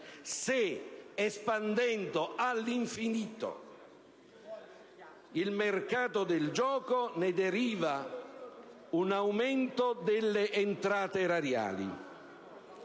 se espandendo all'infinito il mercato del gioco, ne deriva un aumento delle entrate erariali